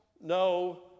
no